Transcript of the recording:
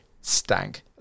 stank